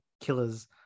killers